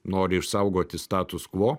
nori išsaugoti status kvo